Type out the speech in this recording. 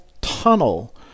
tunnel